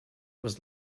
was